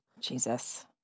Jesus